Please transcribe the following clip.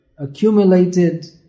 Accumulated